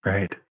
Right